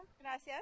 Gracias